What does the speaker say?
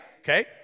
Okay